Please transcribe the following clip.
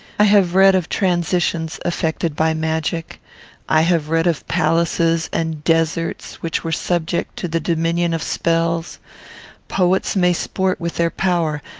i have read of transitions effected by magic i have read of palaces and deserts which were subject to the dominion of spells poets may sport with their power,